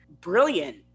brilliant